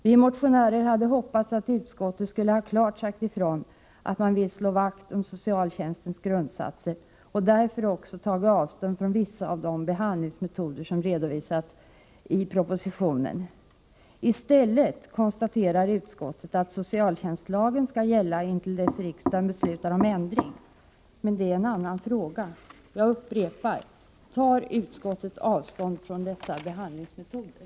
Vi motionärer hade hoppats att utskottet skulle ha klart sagt ifrån att man vill slå vakt om socialtjänstlagens grundsatser och därför också tagit avstånd från vissa av de behandlingsmetoder som redovisas i propositionen. I stället konstaterar utskottet att socialtjänstlagen skall gälla intill dess riksdagen beslutar om ändring. Men det är en annan fråga. Jag upprepar: Tar utskottet avstånd från dessa behandlingsmetoder?